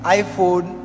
iPhone